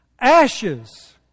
ashes